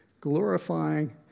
glorifying